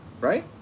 right